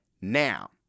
Now